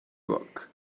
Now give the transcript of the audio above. broke